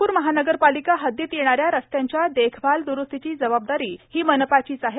नागपूर महानगरपालिका हद्दीत येणाऱ्या रस्त्यांच्या देखभाल दुरुस्तीची जबाबदारी ही मनपाचीच आहे